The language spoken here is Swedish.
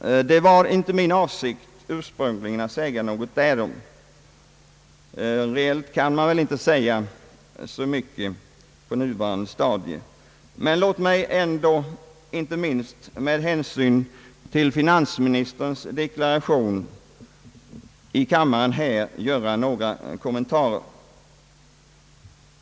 Det var ursprungligen inte min avsikt att tala därom. Reellt kan man väl inte säga så mycket på nuvarande stadium. Men tillåt mig ändå, inte minst med hänsyn till finansministerns deklaration här i kammaren, att göra några kommentarer.